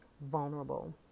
vulnerable